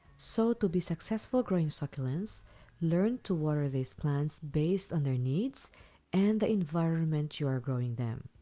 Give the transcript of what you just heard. so, to be successful growing succulents learn to water these plants based on their needs and the environment you are growing them.